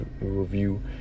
review